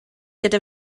gyda